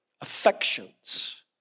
affections